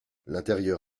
l’intérieur